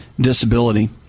disability